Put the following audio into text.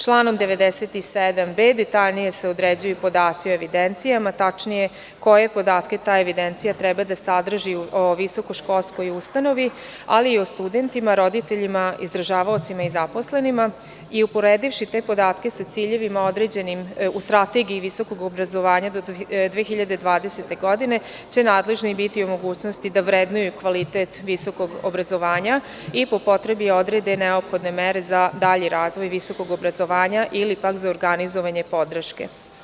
Članom 97v detaljnije se određuju podaci o evidencijama, tačnije koje podatke ta evidencija treba da sadrži visokoškolskoj ustanovi, ali i o studentima, roditeljima, izdržavaocima i zaposlenima i uporedivši te podatke sa ciljevima određenim u Strategiji visokog obrazovanja do 2020. godine će nadležni biti u mogućnosti da vrednuju kvalitet visokog obrazovanja i po potrebi odrede neophodne mere za dalji razvoj visokog obrazovanja ili za organizovanje podrške.